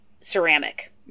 ceramic